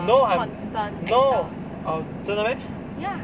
no um no um 真的 meh